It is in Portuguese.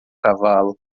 cavalo